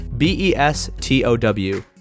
B-E-S-T-O-W